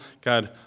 God